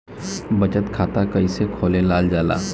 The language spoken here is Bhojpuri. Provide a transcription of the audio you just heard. बचत खाता कइसे खोलल जाला?